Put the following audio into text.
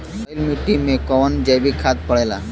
करइल मिट्टी में कवन जैविक खाद पड़ेला?